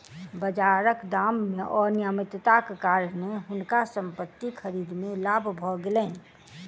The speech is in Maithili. बाजारक दाम मे अनियमितताक कारणेँ हुनका संपत्ति खरीद मे लाभ भ गेलैन